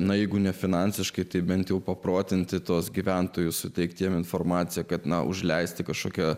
na jeigu ne finansiškai tai bent jau paprotinti tuos gyventojus suteikti jiems informaciją kad na užleisti kažkokią